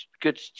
good